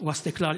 ביטחון ועצמאות,